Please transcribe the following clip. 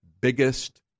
biggest